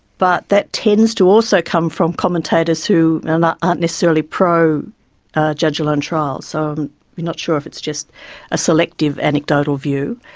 but that tends to also come from commentators who and aren't necessarily pro judge-alone trials. so you're not sure if it's just a selective anecdotal view.